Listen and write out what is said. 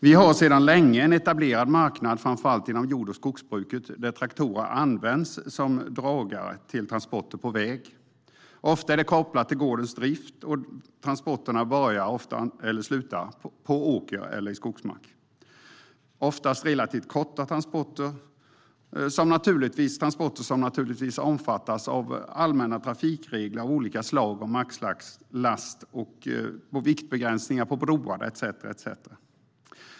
Det finns sedan länge en etablerad marknad för framför allt jord och skogsbruket där traktorer används som dragare till transporter på väg. De är i regel kopplade till gårdens drift, och transporterna börjar eller slutar på åker eller i skogsmark. Det är ofta fråga om relativt korta transporter. Dessa transporter omfattas naturligtvis av allmänna trafikregler av olika slag inklusive maxlast och viktbegränsningar på broar etcetera.